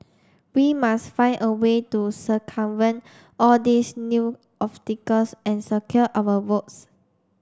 we must find a way to circumvent all these new obstacles and secure our votes